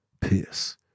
Piss